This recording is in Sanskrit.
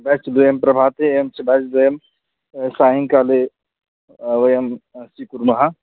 ब्याच् द्वयं प्रभाते अयं च ब्याच् द्वयं सायङ्काले वयं स्वीकुर्मः